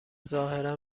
ظاهرا